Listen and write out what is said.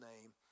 name